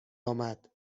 آمد